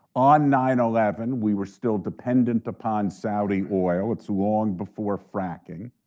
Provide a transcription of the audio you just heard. on nine eleven we were still dependent upon saudi oil, it's long before fracking.